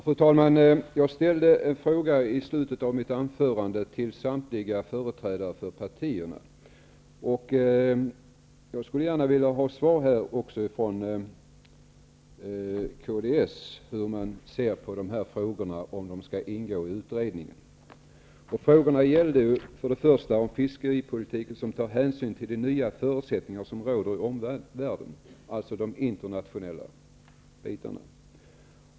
Fru talman! Jag ställde i slutet av mitt anförande en fråga till samtliga företrädare för partierna. Jag skulle gärna vilja att också företrädaren för kds svarade på hur man ser på dessa frågor, om kds menar att de skall ingå i utredningen. Vad jag frågade var om fiskeripolitiken skall ta hänsyn till de nya förutsättningar som råder i omvärlden, dvs. de internationella bitarna.